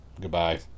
Goodbye